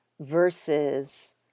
versus